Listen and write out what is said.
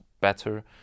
better